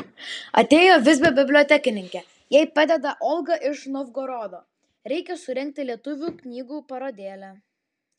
atėjo visbio bibliotekininkė jai padeda olga iš novgorodo reikia surengti lietuvių knygų parodėlę